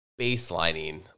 baselining